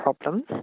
problems –